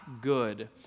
good